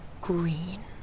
Green